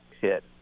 hit